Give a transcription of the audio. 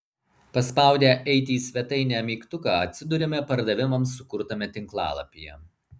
paspaudę eiti į svetainę mygtuką atsiduriame pardavimams sukurtame tinklalapyje